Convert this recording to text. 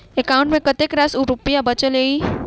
account मे कतेक रास रुपया बचल एई